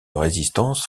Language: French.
résistance